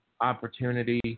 opportunity